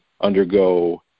undergo